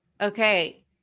Okay